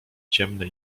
ciemne